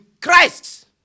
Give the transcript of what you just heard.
Christ